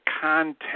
content